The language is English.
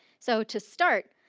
so to start,